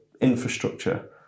infrastructure